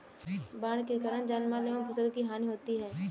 बाढ़ के कारण जानमाल एवं फसल की हानि होती है